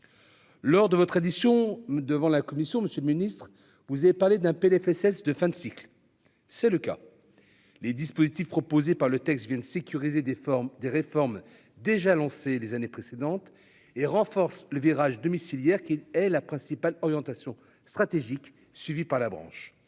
Lors de votre édition devant la commission, monsieur le Ministre, vous avez parlé d'un PLFSS de fin de cycle, c'est le cas, les dispositifs proposés par le texte Vienne sécuriser des formes, des réformes déjà lancé les années précédentes et renforce le virage domiciliaire qui est la principale orientation stratégique, suivie par la branche